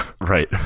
Right